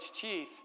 chief